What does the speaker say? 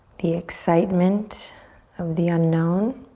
the excitement of the unknown,